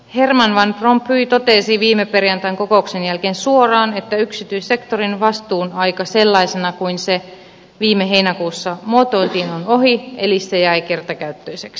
herman van rompuy totesi viime perjantain kokouksen jälkeen suoraan että yksityissektorin vastuun aika sellaisena kuin se viime heinäkuussa muotoiltiin on ohi eli se jäi kertakäyttöiseksi